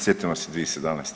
Sjetimo se 2017.